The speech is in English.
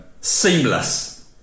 seamless